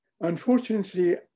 Unfortunately